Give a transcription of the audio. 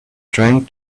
trying